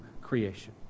creation